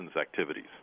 activities